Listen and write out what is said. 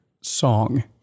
song